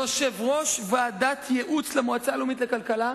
יושב-ראש ועדת ייעוץ למועצה הלאומית לכלכלה?